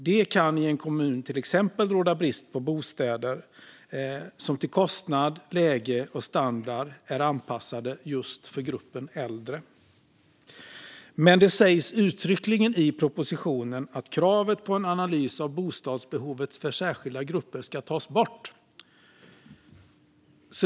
Det kan i en kommun råda brist på till exempel bostäder som till kostnad, läge och standard är anpassade just för gruppen äldre. Men det sägs uttryckligen i propositionen att kravet på en analys av bostadsbehovet för särskilda grupper ska tas bort.